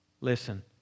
Listen